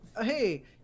hey